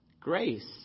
Grace